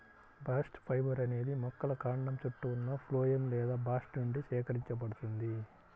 bast fibre అనేది మొక్కల కాండం చుట్టూ ఉన్న ఫ్లోయమ్ లేదా బాస్ట్ నుండి సేకరించబడుతుంది